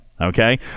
Okay